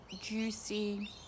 juicy